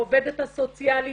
העובדת הסוציאלית,